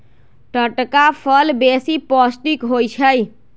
टटका फल बेशी पौष्टिक होइ छइ